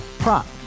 Prop